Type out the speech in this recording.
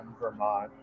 Vermont